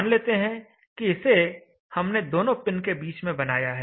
मान लेते हैं कि इसे हमने दोनों पिन के बीच में बनाया है